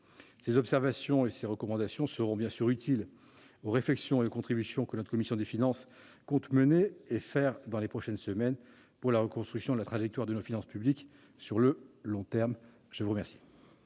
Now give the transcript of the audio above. Ces observations et ces recommandations seront utiles aux réflexions et aux contributions que notre commission des finances compte mener, dans les prochaines semaines, pour la reconstruction de la trajectoire de nos finances publiques sur le long terme. La parole